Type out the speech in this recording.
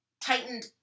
tightened